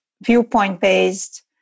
viewpoint-based